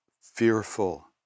fearful